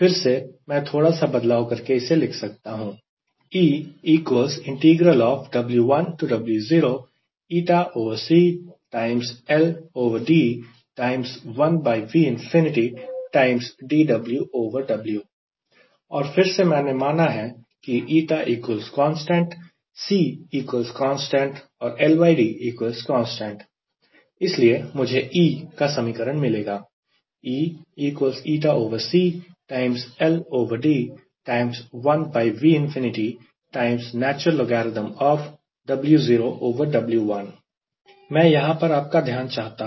फिर से मैं थोड़ा सा बदलाव करके इसे लिख सकता हूं और फिर से मैंने माना है कि η constant C constant LD constant इसलिए मुझे E का समीकरण मिलेगा मैं यहां पर आपका ध्यान चाहता हूं